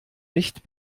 nicht